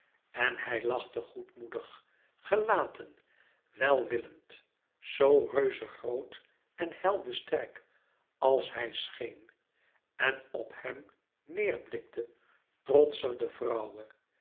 en hij lachte goedmoedig gelaten welwillend zoo reuzegroot en heldesterk als hij scheen en p hem neêr blikte trotscher de vrouwe